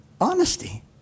honesty